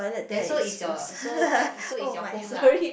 then so it's your so I so it's your home lah